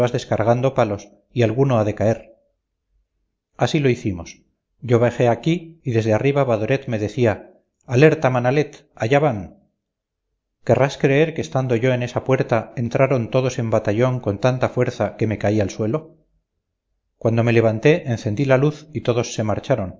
descargando palos y alguno ha de caer así lo hicimos yo bajé aquí y desde arriba badoret me decía alerta manalet allá van querrás creer que estando yo en esa puerta entraron todos en batallón con tanta fuerza que me caí al suelo cuando me levanté encendí la luz y todos se marcharon